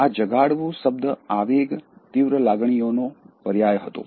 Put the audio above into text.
આ જગાડવું શબ્દ આવેગ તીવ્ર લાગણીઓનો પર્યાય હતો